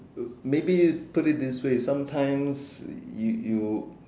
maybe put it this way sometimes you you